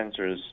sensors